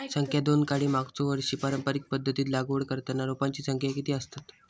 संख्या दोन काडी मागचो वर्षी पारंपरिक पध्दतीत लागवड करताना रोपांची संख्या किती आसतत?